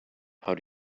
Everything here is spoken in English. how